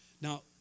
Now